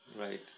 Right